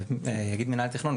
יגיד מינהל התכנון,